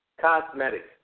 Cosmetics